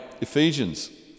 ephesians